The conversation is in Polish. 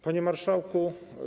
Panie Marszałku!